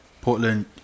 Portland